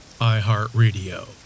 iHeartRadio